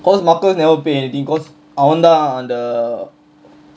cause marcus never pay anything cause அவன்தா அந்த:avanthaa antha